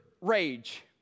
Rage